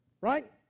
Right